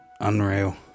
Unreal